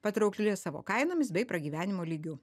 patraukli savo kainomis bei pragyvenimo lygiu